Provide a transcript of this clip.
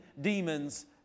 demons